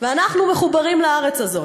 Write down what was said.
ואנחנו מחוברים לארץ הזאת.